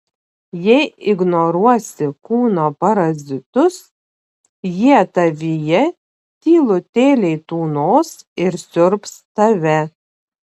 jei ignoruosi kūno parazitus jie tavyje tylutėliai tūnos ir siurbs tave